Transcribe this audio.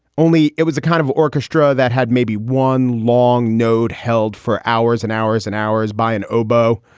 only it was a kind of orchestra that had maybe one long note held for hours and hours and hours by an oboe,